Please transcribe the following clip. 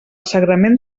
sagrament